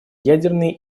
ядерные